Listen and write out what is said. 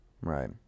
Right